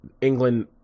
England